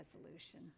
resolution